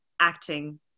acting